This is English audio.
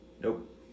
Nope